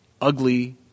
ugly